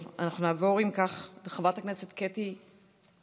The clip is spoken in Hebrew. נעבור, אם כך, לחברת הכנסת קטי שטרית.